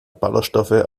ballerstoffe